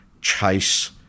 chase